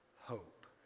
hope